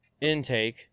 Intake